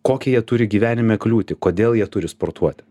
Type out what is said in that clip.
kokią jie turi gyvenime kliūtį kodėl jie turi sportuot